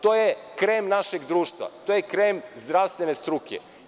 To je krem našeg društva, to je krem zdravstvene struke.